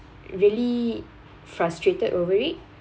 really frustrated over it